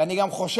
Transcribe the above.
ואני גם חושש,